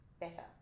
better